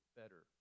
better